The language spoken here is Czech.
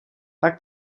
tak